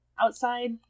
outside